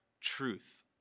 truth